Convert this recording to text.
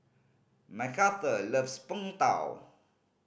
Macarthur loves Png Tao